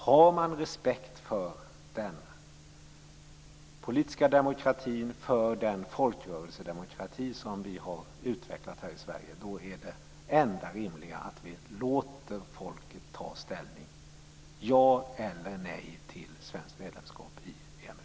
Har man respekt för den politiska demokratin och för den folkrörelsedemokrati som vi i Sverige har utvecklat, är det enda rimliga att vi låter folket ta ställning och säga ja eller nej till ett svenskt medlemskap i EMU.